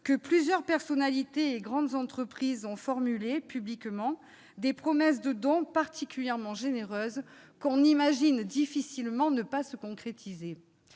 que plusieurs personnalités et de grandes entreprises ont formulé, publiquement, des promesses de dons particulièrement généreuses, dont on imagine difficilement qu'elles ne se concrétisent